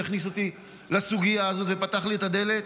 שהכניס אותי לסוגיה הזאת ופתח לי את הדלת,